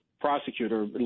prosecutor